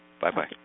Bye-bye